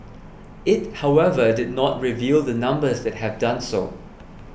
it however did not reveal the numbers that have done so